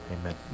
Amen